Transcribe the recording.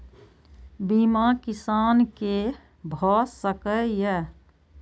बीमा किसान कै भ सके ये?